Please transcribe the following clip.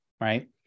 right